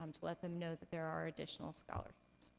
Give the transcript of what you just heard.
um to let them know that there are additional scholarships.